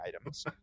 items